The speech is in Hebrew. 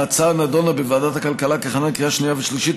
ההצעה נדונה בוועדת הכלכלה כהכנה לקריאה שנייה ושלישית,